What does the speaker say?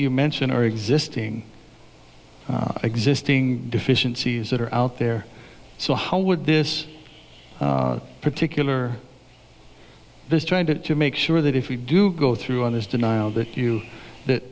you mention are existing existing deficiencies that are out there so how would this particular just trying to make sure that if we do go through on this denial that you that